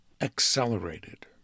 accelerated